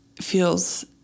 feels